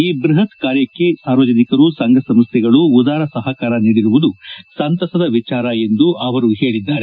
ಈ ಬೃಹತ್ ಕಾರ್ಯಕ್ಕೆ ಸಾರ್ವಜನಿಕರು ಸಂಘ ಸಂಸ್ಥೆಗಳು ಉದಾರ ಸಹಕಾರ ನೀಡಿರುವುದು ಸಂತಸದ ವಿಚಾರ ಎಂದು ಅವರು ತಿಳಿಸಿದ್ದಾರೆ